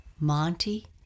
Monty